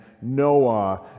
noah